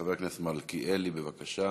חבר הכנסת מלכיאלי, בבקשה,